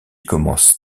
commence